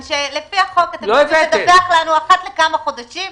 שלפי החוק אתם צריכים לדווח לנו אחת לכמה חודשים.